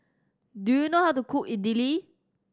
do you know how to cook Idili